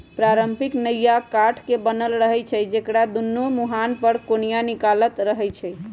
पारंपरिक नइया काठ के बनल रहै छइ जेकरा दुनो मूहान पर कोनिया निकालल रहैत हइ